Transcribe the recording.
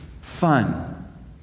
fun